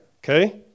Okay